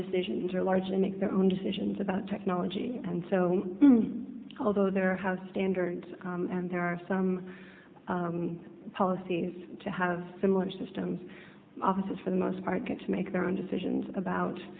decisions are largely make their own decisions about technology and so although there are house standards and there are some policies to have similar systems officers for the most part get to make their own decisions about